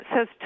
says